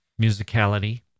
musicality